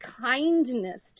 kindness